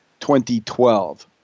2012